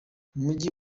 umujyi